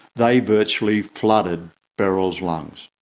they virtually flooded beryl's lungs.